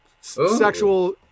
sexual